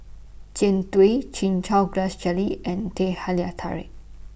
Jian Dui Chin Chow Grass Jelly and Teh Halia Tarik